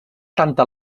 tanta